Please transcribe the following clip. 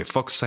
Fox